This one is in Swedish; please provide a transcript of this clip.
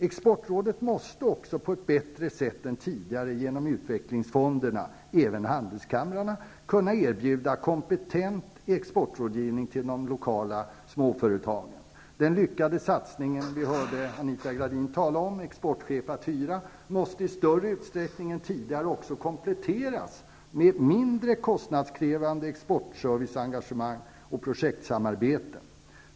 Exportrådet måste också på ett bättre sätt än tidigare -- genom utvecklingsfonderna och även genom handelskamrarna -- kunna erbjuda kompetent exportrådgivning till de lokala småföretagen. Den lyckade satsningen -- som vi hörde Anita Gradin tala om -- på ''exportchef att hyra'' måste i större utsträckning än tidigare också kompletteras med mindre kostnadskrävande exportserviceengagemang och projektsamarbete.